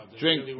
drink